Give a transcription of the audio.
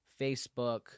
Facebook